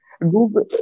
Google